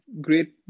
great